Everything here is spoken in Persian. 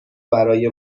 برای